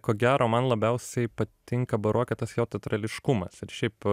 ko gero man labiausiai patinka baroke tas jo teatrališkumas ir šiaip